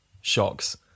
shocks